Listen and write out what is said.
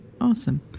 Awesome